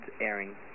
airing